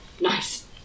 nice